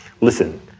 Listen